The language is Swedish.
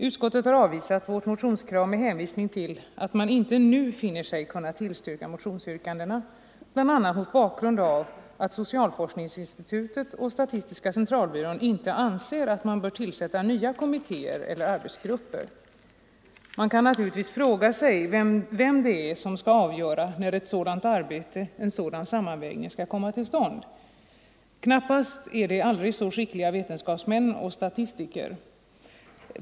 Utskottet har avvisat vårt motionskrav med hänvisning till att man inte nu finner sig kunna tillstyrka motionsyrkandena, bl.a. mot bakgrund av att socialforskningsinstitutet och statistiska centralbyrån inte anser att man bör tillsätta nya kommittéer eller arbetsgrupper. Man kan naturligtvis fråga sig vem det är som skall avgöra när en sådan sammanvägning skall komma till stånd, knappast aldrig så skickliga vetenskapsmän och statistiker.